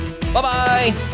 Bye-bye